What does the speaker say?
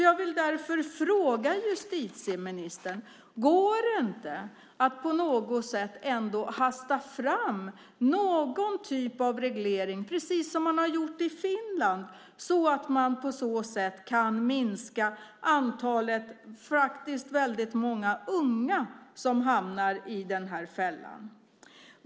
Jag vill därför fråga justitieministern: Går det inte att på något sätt ändå hasta fram någon typ av reglering, precis som man gjort i Finland, för att på så sätt kunna minska antalet, och faktiskt många unga, som hamnar i den här fällan?